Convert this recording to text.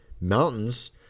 mountains